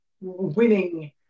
winning